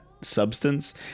substance